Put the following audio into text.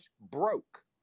broke